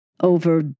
over